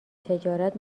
تجارت